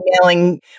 emailing